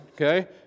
okay